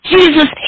Jesus